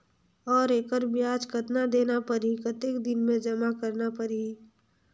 और एकर ब्याज कतना देना परही कतेक दिन मे जमा करना परही??